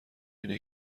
اینه